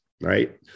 right